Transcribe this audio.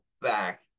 back